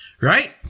right